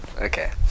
Okay